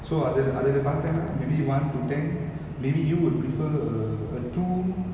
so அது இத அது இத பாத்தனா:athu itha athu itha pathana maybe one to ten maybe you would prefer a a two